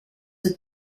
with